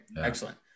Excellent